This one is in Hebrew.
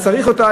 אז צריך אותה,